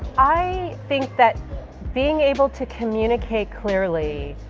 i think that being able to communicate clearly,